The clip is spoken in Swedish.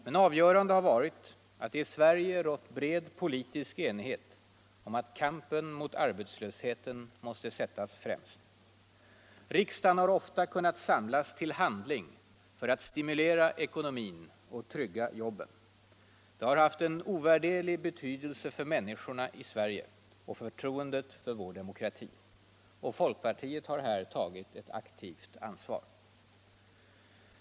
Men avgörande har varit att det i Sverige rått bred politisk enighet om att kampen mot arbetslösheten måste sättas främst. Riksdagen har ofta kunnat samlas till handling för att stimulera ekonomin och trygga jobben. Det har haft ovärderlig betydelse för människorna i Sverige och för förtroendet för vår demokrati. Folkpartiet har här tagit ett aktivt ansvar.